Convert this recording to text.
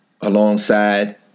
alongside